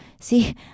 See